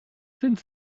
sind